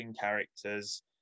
characters